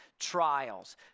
trials